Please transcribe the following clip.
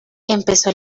empezó